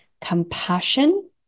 compassion